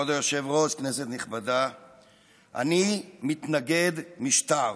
אני מתנגד משטר.